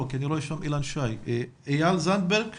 העירייה קיבלה את ההזמנה עוד בשבוע הקודם.